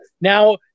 Now